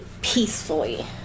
peacefully